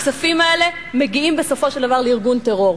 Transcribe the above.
הכספים האלה מגיעים בסופו של דבר לארגון טרור.